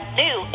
new